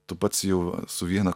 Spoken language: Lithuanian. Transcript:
tu pats jau su viena